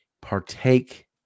partake